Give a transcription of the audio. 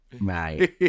right